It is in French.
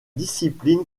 discipline